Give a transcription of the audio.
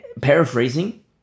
paraphrasing